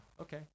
Okay